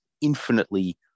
infinitely